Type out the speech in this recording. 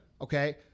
Okay